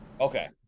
Okay